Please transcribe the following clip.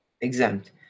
exempt